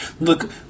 Look